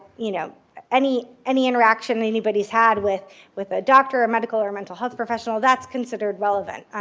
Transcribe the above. you know any any interaction that anybody's had with with a doctor or a medical or mental health professional, that's considered relevant.